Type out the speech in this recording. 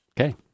Okay